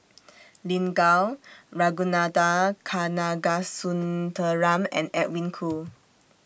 Lin Gao Ragunathar Kanagasuntheram and Edwin Koo